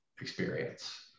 experience